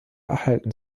erhalten